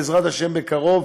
בעזרת השם בקרוב,